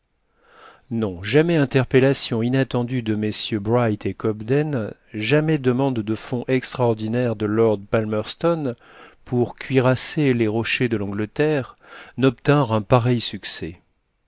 non jamais interpellation inattendue de mm bright et cobden jamais demande de fonds extraordinaires de lord palmerston pour cuirasser les rochers de l'angleterre n'obtinrent un pareil succès